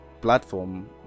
platform